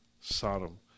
sodom